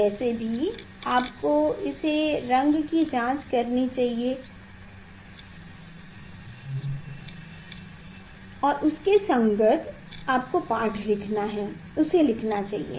वैसे भी आपको इसे रंग की जांच करनी चाहिए और उसके संगत आपको पाठ लिखना है उसे लिखना चाहिए